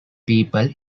people